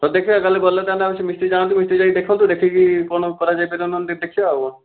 ହଉ ଦେଖିବା କାଲି ଗଲେ ମିସ୍ତ୍ରି ଯାଆନ୍ତୁ ମିସ୍ତ୍ରି ଯାଇକି ଦେଖନ୍ତୁ ଦେଖିକି କ'ଣ କରାଯାଇପାରିବ ନହେଲେ ଟିକିଏ ଦେଖିବା ଆଉ